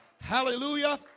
hallelujah